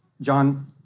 John